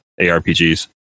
arpgs